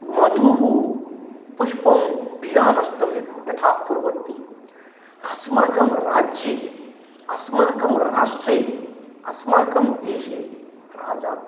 मधुः पुष्पं विना नष्टं यत् यथा कुर्वन्ति अस्माकं राज्ये अस्माकं राष्ट्रे अस्माकं देशे राजा